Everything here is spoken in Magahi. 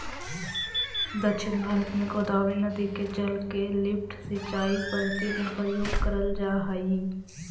दक्षिण भारत में गोदावरी नदी के जल के लिफ्ट सिंचाई पद्धति में प्रयोग करल जाऽ हई